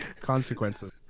consequences